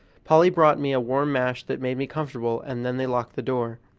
polly brought me a warm mash that made me comfortable, and then they locked the door.